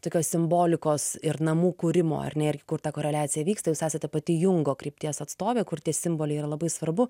tokios simbolikos ir namų kūrimo ar ne ir kur ta koreliacija vyksta jūs esate pati jungo krypties atstovė kur tie simboliai yra labai svarbu